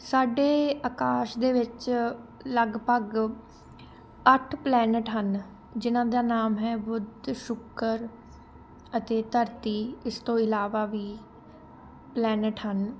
ਸਾਡੇ ਆਕਾਸ਼ ਦੇ ਵਿੱਚ ਲਗਭਗ ਅੱਠ ਪਲੈਨਿਟ ਹਨ ਜਿਨਾਂ ਦਾ ਨਾਮ ਹੈ ਬੁੱਧ ਸ਼ੁੱਕਰ ਅਤੇ ਧਰਤੀ ਇਸ ਤੋਂ ਇਲਾਵਾ ਵੀ ਪਲੈਨਿਟ ਹਨ